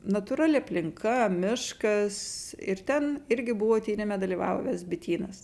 natūrali aplinka miškas ir ten irgi buvo tyrime dalyvavęs bitynas